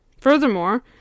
Furthermore